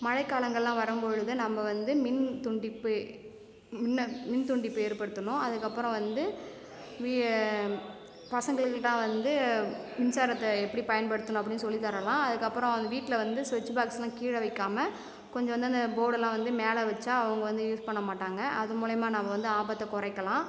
மழைக்காலங்கள்லாம் வரம் பொழுது நம்ப வந்து மின்துண்டிப்பு மின்ன மின்துண்டிப்பு ஏற்படுத்தனும் அதுக்கு அப்புறம் வந்து வி பசங்களுக்கெல்லாம் வந்து மின்சாரத்தை எப்படி பயன்படுத்தணும் அப்படின்னு சொல்லி தரலாம் அதுக்கு அப்புறம் வீட்டில் வந்து சுவிட்ச் பாக்ஸ்லாம் கீழே வைக்காமல் கொஞ்சம் வந்து அந்த போர்டை எல்லாம் வந்து மேலே வச்சா அவங்க வந்து யூஸ் பண்ண மாட்டாங்க அது மூலியமாக நாம வந்து ஆபத்தை குறைக்கலாம்